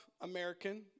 American